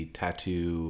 tattoo